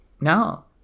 No